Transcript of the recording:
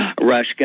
Rush